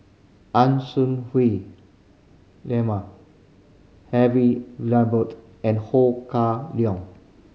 Ang Swee Hui Henry and Ho Kah Leong